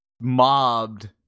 mobbed